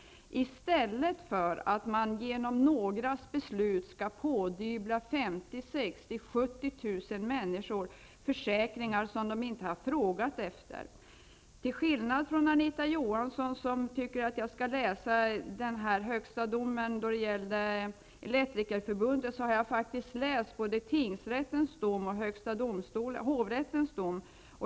I stället skall man genom någras beslut pådyvla 50 000--70 000 människor försäkringar som de inte har frågat efter. Till skillnad från Anita Johansson, som tycker att jag skall läsa den högsta domen när det gäller Elektrikerförbundet, har jag faktiskt läst både tingsrättens dom och hovrättens dom.